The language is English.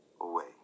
away